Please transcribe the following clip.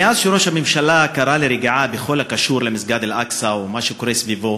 מאז שראש הממשלה קרא לרגיעה בכל הקשור למסגד אל-אקצא ומה שקורה סביבו,